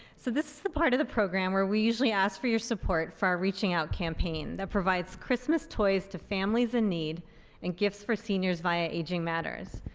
so this is the part of the program where we usually ask for your support for reaching out campaign that provides christmas toys to families in need and gifts for seniors via aging matters.